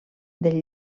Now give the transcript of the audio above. del